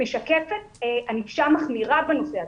משקפת ענישה מחמירה בנושא הזה.